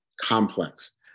complex